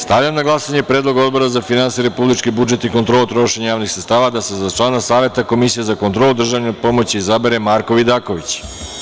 Stavljam na glasanje Predlog Odbora za finansije, republički budžet i kontrolu trošenja javnih sredstava da se za člana Saveta Komisije za kontrolu državne pomoći izabere Marko Vidaković.